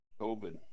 COVID